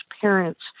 parents